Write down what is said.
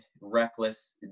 reckless